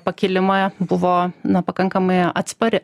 pakilimą buvo na pakankamai atspari